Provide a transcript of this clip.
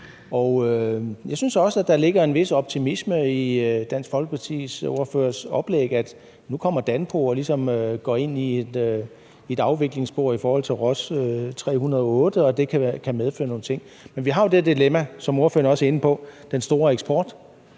jeg synes også, at der ligger en vis optimisme i Dansk Folkepartis ordførers oplæg om, at nu kommer Danpo ligesom og går ind i et afviklingsspor i forhold til Ross 308, og at det kan medføre nogle ting. Men vi har jo det dilemma, som ordføreren også er inde på, med den store eksport.